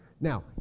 Now